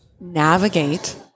navigate